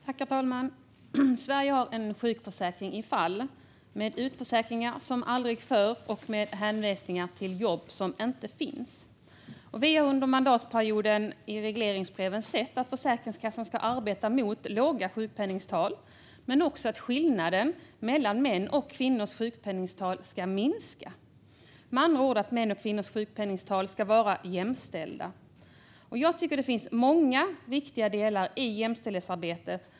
Herr talman! Sverige har en sjukförsäkring som är i fall. Vi ser hur människor utförsäkras som aldrig förr och hänvisas till jobb som inte finns. Vi har under mandatperioden sett i regleringsbreven att Försäkringskassan ska arbeta för låga sjukpenningtal och för att skillnaden i sjukpenningtal mellan män och kvinnor ska minska. Med andra ord ska sjukpenningtalen för män och kvinnor vara jämställda. Det finns absolut många viktiga delar i jämställdhetsarbetet.